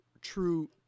true